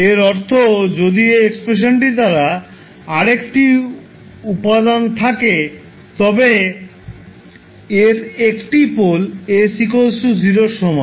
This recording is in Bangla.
এর অর্থ যদি এই এক্সপ্রেশনটির দ্বারা আর একটি উপাদান থাকে তবে এর একটি পোল s 0 এর সমান